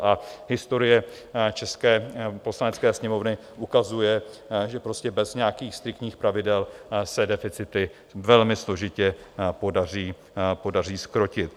A historie české Poslanecké sněmovny ukazuje, že prostě bez nějakých striktních pravidel se deficity velmi složitě podaří zkrotit.